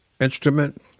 instrument